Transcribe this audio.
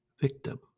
Victim